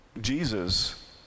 Jesus